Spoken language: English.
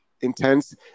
intense